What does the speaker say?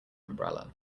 umbrella